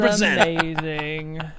amazing